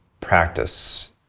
practice